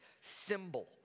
Symbol